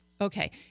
Okay